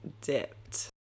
dipped